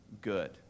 good